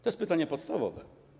To jest pytanie podstawowe.